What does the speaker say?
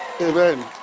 Amen